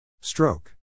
Stroke